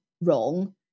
wrong